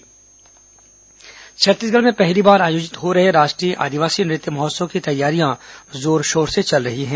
आदिवासी नृत्य महोत्सव छत्तीसगढ़ में पहली बार आयोजित हो रहे राष्ट्रीय आदिवासी नृत्य महोत्सव की तैयारियां जोरशोर से चल रही हैं